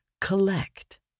collect